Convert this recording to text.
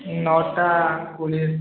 ନଅଟା କୋଡ଼ିଏ